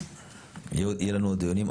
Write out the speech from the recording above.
יהיו לנו עוד דיונים.